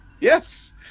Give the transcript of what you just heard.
Yes